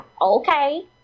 Okay